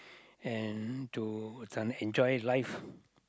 and to this one enjoy life